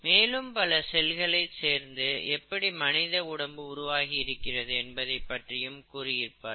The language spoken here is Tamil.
மேலும் பல செல்கள் சேர்ந்து எப்படி மனித உடம்பு உருவாகி இருக்கிறது என்பதைப் பற்றியும் கூறி இருப்பார்கள்